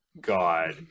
god